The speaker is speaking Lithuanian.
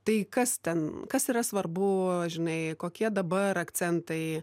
tai kas ten kas yra svarbu žinai kokie dabar akcentai